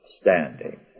standing